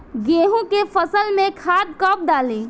गेहूं के फसल में खाद कब डाली?